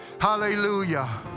Hallelujah